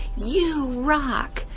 you rock!